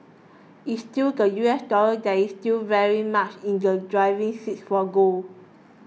it's still the U S dollar that is still very much in the driving seats for gold